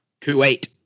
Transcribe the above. Kuwait